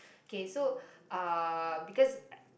K so uh because